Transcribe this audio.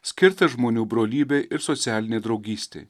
skirtą žmonių brolybei ir socialinei draugystei